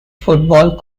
football